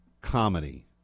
comedy